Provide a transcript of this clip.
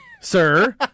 sir